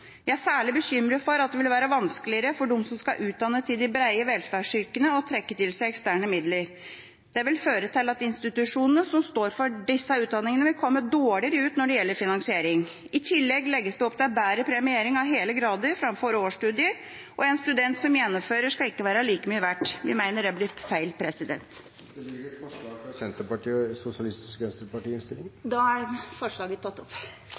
er særlig bekymret for at det vil være vanskeligere for dem som skal utdanne til de brede velferdsyrkene, å trekke til seg eksterne midler. Det vil føre til at institusjonene som står for disse utdanningene, vil komme dårligere ut når det gjelder finansiering. I tillegg legges det opp til bedre premiering av hele grader framfor årsstudier, og en student som gjennomfører et årsstudium, skal ikke være like mye verdt. Vi mener dette blir feil. Det ligger et forslag fra Senterpartiet og Sosialistisk Venstreparti i innstillingen. Da tar jeg opp